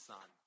Son